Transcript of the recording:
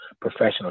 professional